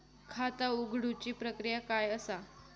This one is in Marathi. खाता उघडुची प्रक्रिया काय असा?